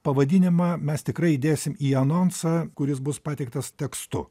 pavadinimą mes tikrai įdėsim į anonsą kuris bus pateiktas tekstu